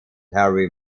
harry